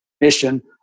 mission